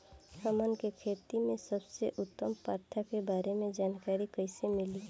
हमन के खेती में सबसे उत्तम प्रथा के बारे में जानकारी कैसे मिली?